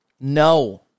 no